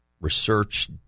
research